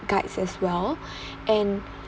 guides as well and